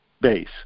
base